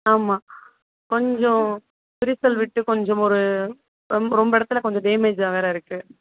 ஆமாம் கொஞ்சம் விரிசல் விட்டு கொஞ்சம் ஒரு ரொம்ப ரொம்ப இடத்துல கொஞ்சம் டேமேஜாக வேறு இருக்குது